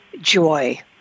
joy